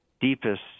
deepest